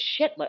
shitless